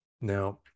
Now